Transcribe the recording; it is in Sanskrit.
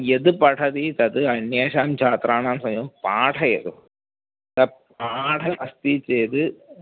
यद् पठति तद् अन्येषां छात्राणां स्वयं पाठयतु तत् पाठमस्ति चेद्